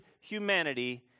humanity